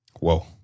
Whoa